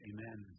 Amen